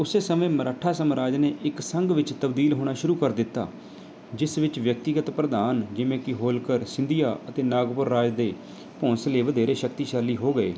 ਉਸੇ ਸਮੇਂ ਮਰਾਠਾ ਸਾਮਰਾਜ ਨੇ ਇੱਕ ਸੰਘ ਵਿੱਚ ਤਬਦੀਲ ਹੋਣਾ ਸ਼ੁਰੂ ਕਰ ਦਿੱਤਾ ਜਿਸ ਵਿੱਚ ਵਿਅਕਤੀਗਤ ਪ੍ਰਧਾਨ ਜਿਵੇਂ ਕਿ ਹੋਲਕਰ ਸਿੰਧੀਆ ਅਤੇ ਨਾਗਪੁਰ ਰਾਜ ਦੇ ਭੋਂਸਲੇ ਵਧੇਰੇ ਸ਼ਕਤੀਸ਼ਾਲੀ ਹੋ ਗਏ